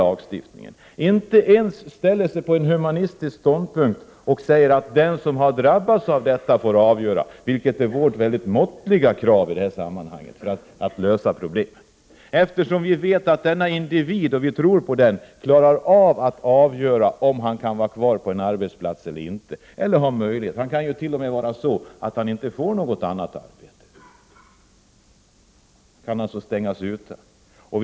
Man intar inte ens en human ståndpunkt och säger att den som har drabbats skall få avgöra frågan. Det är ett mycket måttligt krav från vår sida för att lösa detta problem. Det är fråga om en individ och vi tror på att han kan klara av att avgöra frågan om han kan vara kvar på en arbetsplats eller inte. Det kan ju t.o.m. vara så att han inte får något annat arbete och då alltså utestängs från arbetsmarknaden.